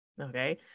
Okay